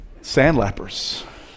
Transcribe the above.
Sandlappers